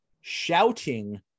shouting